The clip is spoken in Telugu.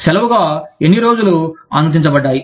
సెలవుగా ఎన్ని రోజులు అనుమతించబడ్డాయి